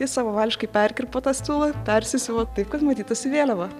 jis savavališkai perkirpo tą stulą persisiuvo taip kad matytųsi vėliava